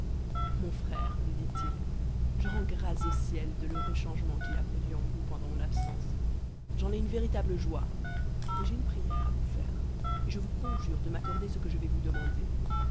mon frère lui dit-il je rends grâces au ciel de l'heureux changement qu'il a produit en vous pendant mon absence j'en ai une véritable joie mais j'ai une prière à vous faire et je vous conjure de m'accorder ce que je vais vous demander